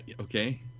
okay